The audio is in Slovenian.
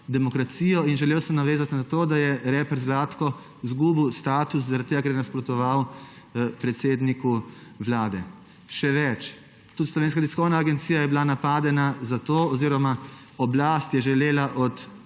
demokracijo. In želel sem navezati na to, da je reper Zlatko izgubil status zaradi tega, ker je nasprotoval predsedniku Vlade. Še več, tudi Slovenska tiskovna agencija je bila napadena oziroma oblast je želela od